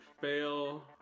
Fail